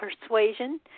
persuasion